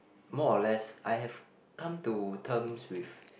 more or less I have come to terms with